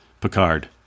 Picard